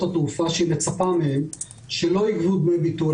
התעופה שהיא מצפה מהן שלא יגבו דמי ביטול.